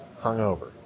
hungover